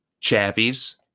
chappies